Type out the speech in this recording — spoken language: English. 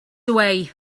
away